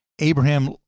Abraham